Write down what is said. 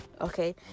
Okay